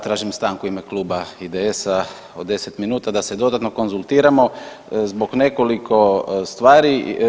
Tražim stanku u ime kluba IDS-a od deset minuta da se dodatno konzultiramo zbog nekoliko stvari.